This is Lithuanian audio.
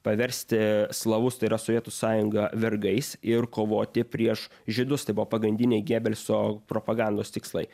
paversti slavus tai yra sovietų sąjungą vergais ir kovoti prieš žydus tai buvo pagrindiniai gėbelso propagandos tikslai